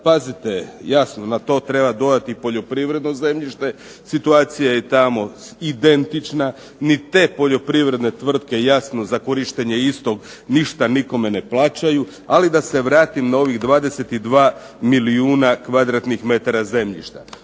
pazite, jasno na to treba dodati poljoprivredno zemljište, situacija je tamo identična, ni te poljoprivredne tvrtke jasno za korištenje isto ništa nikome ne plaćaju, ali da se vratim na ovih 22 milijuna kvadratnih metara zemljišta.